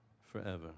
forever